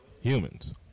Humans